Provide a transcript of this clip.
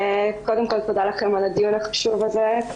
קודם כל, תודה לכם על הדיון החשוב הזה.